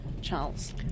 Charles